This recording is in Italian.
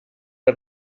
dal